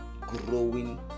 growing